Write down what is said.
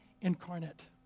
incarnate